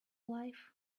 life